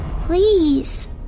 Please